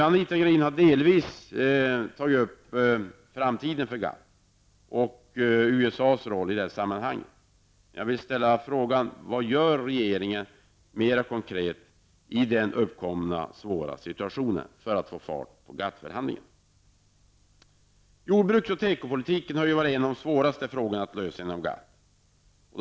Anita Gradin har delvis berört frågan om GATTs framtid och USAs roll i sammanhanget. Vad gör regeringen mer konkret i den uppkomna svåra situationen för att få fart på GATT förhandlingarna? Jordbruks och tekopolitiken har varit en av de svåraste frågorna att lösa inom GATT.